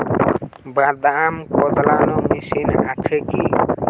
বাদাম কদলানো মেশিন আছেকি?